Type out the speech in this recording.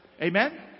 Amen